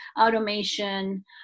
automation